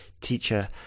teacher